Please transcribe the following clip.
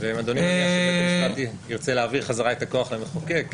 אם אדוני ירצה להעביר בחזרה את הכוח למחוקק.